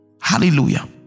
Hallelujah